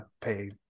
pay